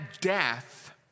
death